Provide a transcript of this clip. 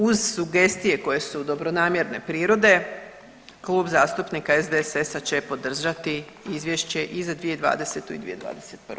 Uz sugestije koje su dobronamjerne prirode Klub zastupnika SDSS-a će podržati izvješće i za 2020. i 2021.